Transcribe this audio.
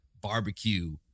barbecue